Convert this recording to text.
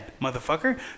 motherfucker